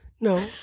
No